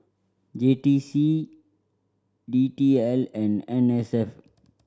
J T C D T L and N S F